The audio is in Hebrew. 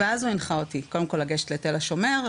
הוא הנחה אותי קודם כל לגשת לתל השומר,